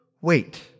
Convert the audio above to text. wait